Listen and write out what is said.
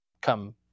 come